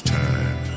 time